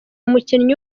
umukinnyi